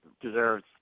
deserves